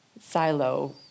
silo